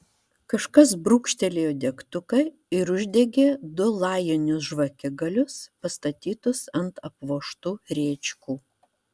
kažkas brūkštelėjo degtuką ir uždegė du lajinius žvakigalius pastatytus ant apvožtų rėčkų